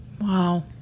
Wow